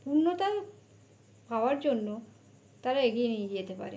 পূর্ণতা পাওয়ার জন্য তারা এগিয়ে নিয়ে যেতে পারে